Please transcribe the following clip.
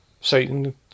Satan